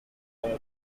taluk